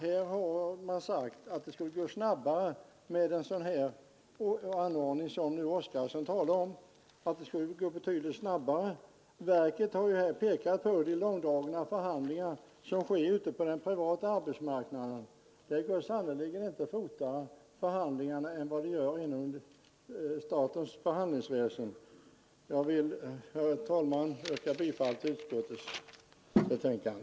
Här har man sagt att det skulle gå betydligt snabbare med den anordning som nu herr Oskarson talar om. Avtalsverket har pekat på de långdragna förhandlingar som sker på den privata arbetsmarknaden. Där går sannerligen inte förhandlingarna fortare än vad de gör inom statens förhandlingsväsen. Jag vill, herr talman, yrka bifall till utskottets förslag.